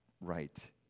right